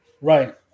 Right